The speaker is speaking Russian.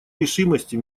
решимости